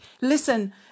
Listen